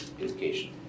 education